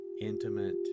intimate